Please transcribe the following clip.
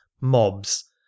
mobs